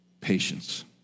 patience